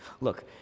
Look